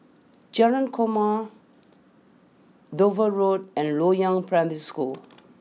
Jalan Korma Dover Road and Loyang Primary School